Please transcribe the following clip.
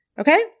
Okay